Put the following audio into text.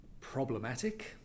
problematic